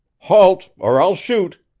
halt, or i'll shoot!